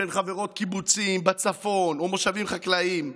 שהן חברות קיבוצים בצפון או במושבים חקלאיים,